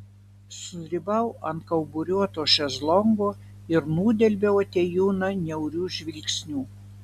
sudribau ant kauburiuoto šezlongo ir nudelbiau atėjūną niauriu žvilgsniu